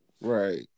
Right